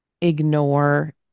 ignore